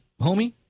homie